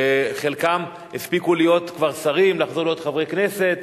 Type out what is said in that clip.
שחלקם הספיקו להיות כבר שרים ולחזור להיות חברי כנסת,